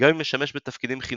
והאוריגמי משמש בתפקידים חינוכיים,